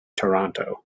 toronto